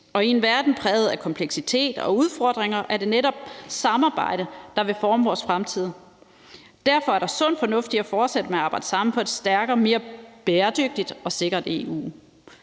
I en verden præget af kompleksitet og udfordringer er det netop samarbejde, der vil forme vores fremtid. Derfor er der sund fornuft i at fortsætte med at arbejde sammen for et stærkere og mere bæredygtigt og sikkert EU.